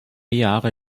jahre